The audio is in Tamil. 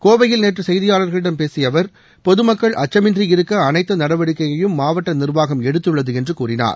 கோவையில் நேற்று செய்தியாளர்களிடம் பேசிய அவர் பொதுமக்கள் அச்சமின்றி இருக்க அனைத்து நடவடிக்கையையும் மாவட்ட நிர்வாகம் எடுத்துள்ளது என்று கூறினார்